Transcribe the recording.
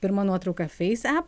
pirma nuotrauka feis ep